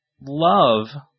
Love